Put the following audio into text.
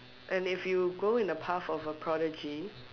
and if you go in the path of a prodigy